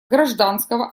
гражданского